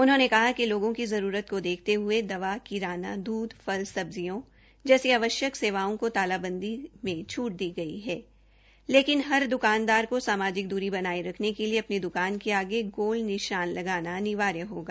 उन्होने कहा कि लोगो की जरूरत को देखते हये दवा किराना दूध फल सब्जियों जैसी आवश्यक सेवाओं को तालाबंदी में छूट दी गई है लेकिन हर द्रकानदार को सामाजिक दूरी बनाये रखने के लिए अपनी दुकान के आगे निशान लगाना अनिवार्य होगा